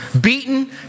beaten